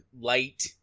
light